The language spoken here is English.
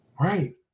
Right